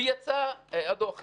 ויצא הדוח הזה.